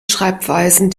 schreibweisen